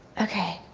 okay.